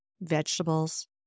vegetables